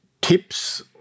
tips